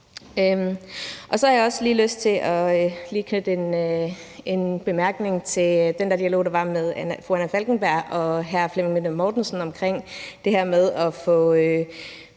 Så har jeg også lyst til lige at knytte en bemærkning til den dialog, der var mellem fru Anna Falkenberg og hr. Flemming Møller Mortensen omkring det her med at få